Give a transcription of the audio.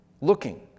looking